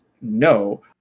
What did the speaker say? No